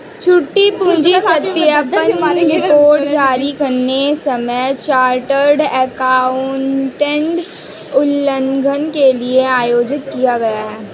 झूठी पूंजी सत्यापन रिपोर्ट जारी करते समय चार्टर्ड एकाउंटेंट उल्लंघन के लिए आयोजित किया गया